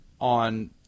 on